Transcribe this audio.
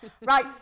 Right